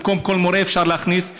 במקום כל מורה אפשר להכניס שניים,